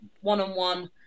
one-on-one